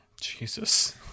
Jesus